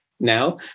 Now